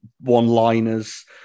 one-liners